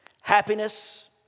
Happiness